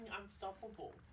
unstoppable